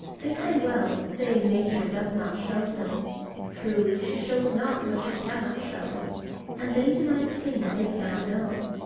they say well, saying nature doth not show him truly she shows not what she cannot show and they deny the thing they cannot know.